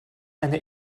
eine